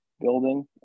building